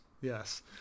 yes